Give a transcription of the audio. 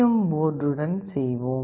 M போர்டுடன் செய்வோம்